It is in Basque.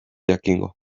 jakingo